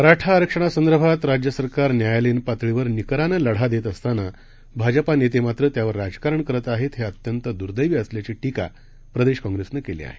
मराठा आरक्षणासंदर्भात राज्य सरकार न्यायालयीन पातळीवर निकरानं लढा देत असताना भाजपा नेते मात्र त्यावर राजकारण करत आहेत हे अत्यंत द्र्दैवी असल्याची टीका प्रदेश काँग्रेसनं केली आहे